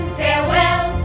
farewell